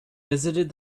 visited